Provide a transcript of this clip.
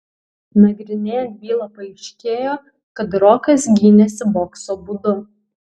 nagrinėjant bylą paaiškėjo kad rokas gynėsi bokso būdu